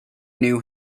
new